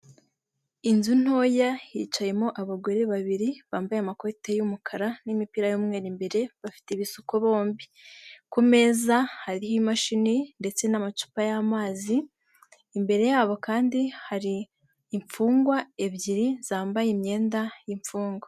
Inzu ntoya hicayemo abagore babiri bambaye amakoti y'umukara, n'imipira y'umweru imbere, bafite ibisuko bombi, ku meza hariho imashini ndetse n'amacupa y'amazi, imbere yabo kandi hari imfungwa ebyiri zambaye imyenda y'imfungwa.